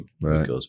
Right